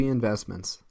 Investments